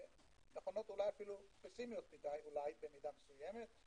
נכונות אולי אפילו פסימיות מדי במידה מסוימת.